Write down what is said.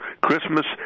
Christmas